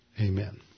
Amen